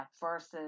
versus